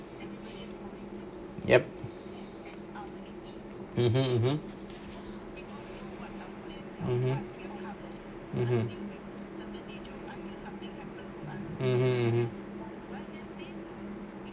yup mmhmm mmhmm mmhmm mmhmm mmhmm mmhmm